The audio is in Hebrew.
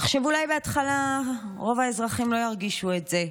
עכשיו, אולי בהתחלה רוב האזרחים לא ירגישו את זה,